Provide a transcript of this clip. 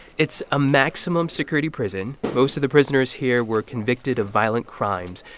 it's a maximum security prison. most of the prisoners here were convicted of violent crimes.